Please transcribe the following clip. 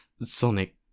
Sonic